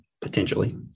potentially